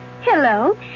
Hello